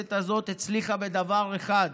הכנסת הזאת הצליחה בדבר אחד,